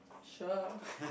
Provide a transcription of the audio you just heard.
sure